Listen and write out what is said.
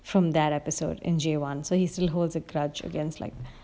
from that episode in J one so he still holds a grudge against like